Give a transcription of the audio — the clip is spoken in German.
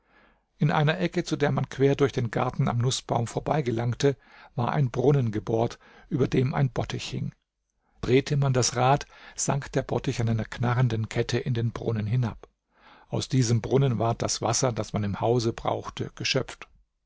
in einer ecke zu der man quer durch den garten am nußbaum vorbei gelangte war ein brunnen gebohrt über dem ein bottich hing drehte man das rad sank der bottich an einer knarrenden kette in den brunnen hinab aus diesem brunnen ward das wasser das man im hause brauchte geschöpft